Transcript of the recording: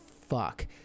Fuck